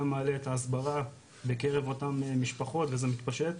גם מעלה את ההסברה בקרב אותן משפחות וזה מתפשט,